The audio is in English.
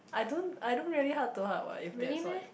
I don't I don't really heart to heart what if that's what